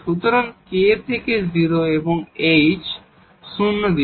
সুতরাং আপনি k থেকে 0 এবং h শূন্য দিচ্ছেন